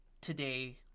today